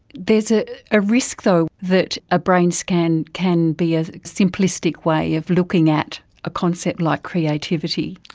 there is a a risk though that a brain scan can be a simplistic way of looking at a concept like creativity.